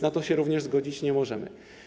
Na to się również zgodzić nie możemy.